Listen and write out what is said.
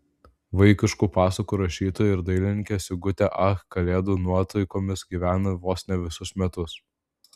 vaikiškų pasakų rašytoja ir dailininkė sigutė ach kalėdų nuotaikomis gyvena vos ne visus metus